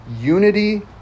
unity